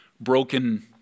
broken